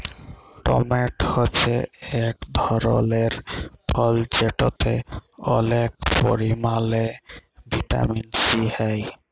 tomato হছে ইক ধরলের ফল যেটতে অলেক পরিমালে ভিটামিল সি হ্যয়